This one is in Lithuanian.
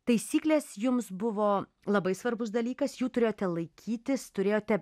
taisyklės jums buvo labai svarbus dalykas jų turėjote laikytis turėjote